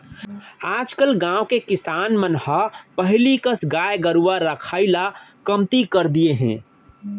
आजकल गाँव के किसान मन ह पहिली कस गाय गरूवा रखाई ल कमती कर दिये हें